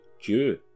Jew